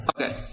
Okay